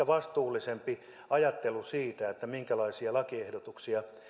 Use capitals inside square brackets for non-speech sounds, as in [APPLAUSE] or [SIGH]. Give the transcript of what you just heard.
[UNINTELLIGIBLE] vastuullisempaa ajattelua minkälaisia lakiehdotuksia